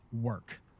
work